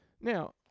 Now